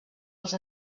els